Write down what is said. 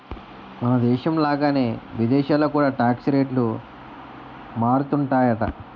మనదేశం లాగానే విదేశాల్లో కూడా టాక్స్ రేట్లు మారుతుంటాయట